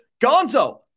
Gonzo